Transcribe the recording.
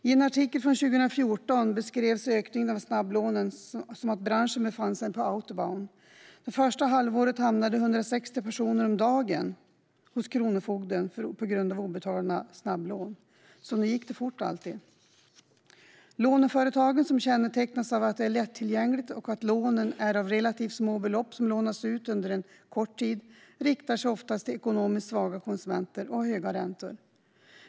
I en artikel från 2014 beskrevs ökningen av snabblånen som att branschen befann sig på autobahn. Det första halvåret hamnade 160 personer om dagen hos kronofogden på grund av obetalda snabblån. Nog gick det fort alltid! Låneföretagen kännetecknas av att lånen är lättillgängliga, avser relativt små belopp som lånas ut under en kort tid, oftast riktar sig till ekonomiskt svaga konsumenter och har höga räntor.